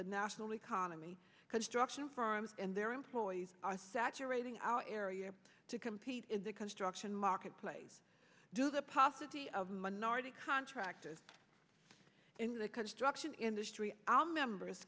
the national economy construction firms and their employees are saturating our area to compete in the construction marketplace do the possibly of minority contractors in the construction industry our members